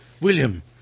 William